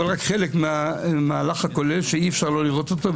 אבל רק חלק מהמהלך הכולל שאי אפשר לא לראות אותו,